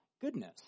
goodness